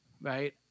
right